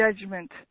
judgment